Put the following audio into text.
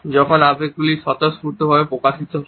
যখন আবেগগুলি স্বতঃস্ফূর্তভাবে প্রকাশিত হয়